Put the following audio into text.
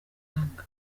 impanga